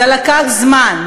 זה לקח זמן,